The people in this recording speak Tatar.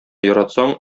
яратсаң